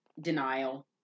denial